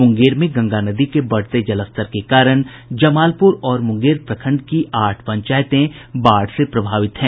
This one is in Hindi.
मुंगेर में गंगा नदी के बढ़ते जलस्तर के कारण जमालपुर और मुंगेर प्रखंड की आठ पंचायतें बाढ़ से प्रभावित हैं